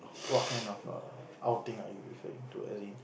what kind of err outing are you referring to as in